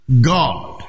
God